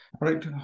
Right